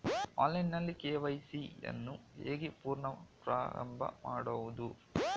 Online ನಲ್ಲಿ KYC ಯನ್ನು ಹೇಗೆ ಪುನಃ ಪ್ರಾರಂಭ ಮಾಡುವುದು?